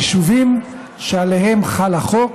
היישובים שעליהם חל החוק